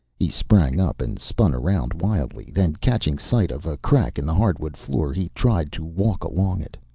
he sprang up and spun around wildly then catching sight of a crack in the hardwood floor he tried to walk along it.